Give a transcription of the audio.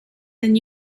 than